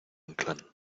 inclán